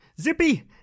Zippy